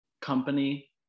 company